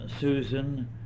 Susan